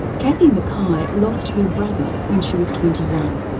kathy mckay lost her brother when she was twenty one,